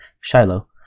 Shiloh